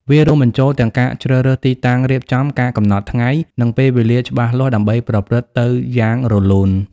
វារួមបញ្ចូល ទាំងការជ្រើសរើសទីតាំងរៀបចំ ការកំណត់ថ្ងៃ និងពេលវេលាច្បាស់លាស់ ដើម្បីប្រព្រឹត្តិទៅយ៉ាងរលូន។